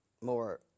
more